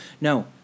no